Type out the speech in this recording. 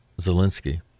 Zelensky